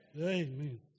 Amen